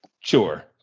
Sure